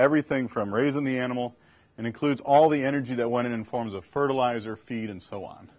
everything from raising the animal and includes all the energy that went in forms of fertilizer feed and so on